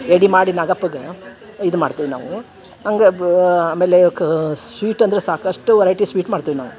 ಎಡೆ ಮಾಡಿ ನಾಗಪ್ಪಗ ಇದು ಮಾಡ್ತೀವಿ ನಾವು ಹಂಗೆ ಬಾ ಆಮೇಲೆ ಕಾ ಸ್ವೀಟ್ ಅಂದರೆ ಸಾಕಷ್ಟು ವರೈಟಿ ಸ್ವೀಟ್ ಮಾಡ್ತೀವಿ ನಾವು